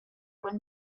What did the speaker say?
when